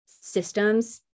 systems